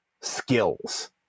skills